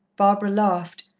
barbara laughed.